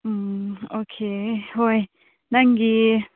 ꯎꯝ okay ꯍꯣꯏ ꯅꯪꯒꯤ